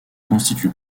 constitue